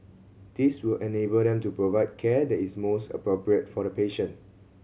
this will enable them to provide care that is most appropriate for the patient